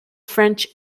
french